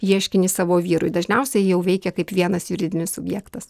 ieškinį savo vyrui dažniausiai jau veikia kaip vienas juridinis subjektas